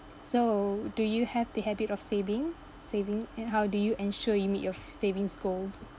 so do you have the habit of saving saving and how do you ensure you meet your savings goals